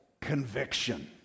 conviction